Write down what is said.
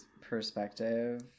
perspective